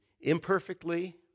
imperfectly